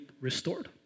restored